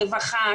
רווחה,